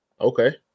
Okay